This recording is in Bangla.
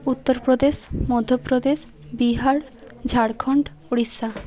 উত্তরপ্রদেশ মধ্যপ্রদেশ বিহার ঝাড়খন্ড উড়িষ্যা